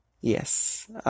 Yes